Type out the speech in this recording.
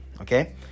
okay